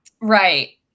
Right